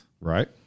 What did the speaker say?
Right